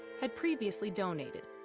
had previously donated,